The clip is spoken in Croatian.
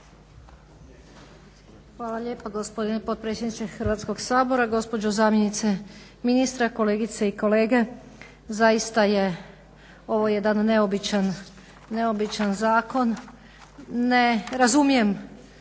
Hvala lijepo gospodine predsjedniče Hrvatskog sabora. Gospođo zamjenice ministra, kolegice i kolege. Zaista je ovo jedan neobičan zakon, razumijem